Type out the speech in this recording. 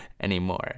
anymore